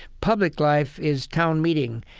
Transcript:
public life is town meeting,